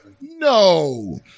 no